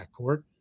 backcourt